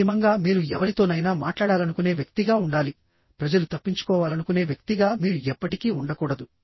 అంతిమంగా మీరు ఎవరితోనైనా మాట్లాడాలనుకునే వ్యక్తిగా ఉండాలి ప్రజలు తప్పించుకోవాలనుకునే వ్యక్తిగా మీరు ఎప్పటికీ ఉండకూడదు